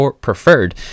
preferred